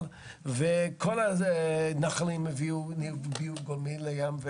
וכל הנחלים הביאו ביוב גולמי לים,